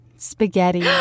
Spaghetti